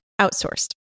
Outsourced